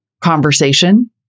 conversation